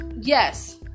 yes